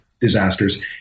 disasters